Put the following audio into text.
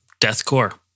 deathcore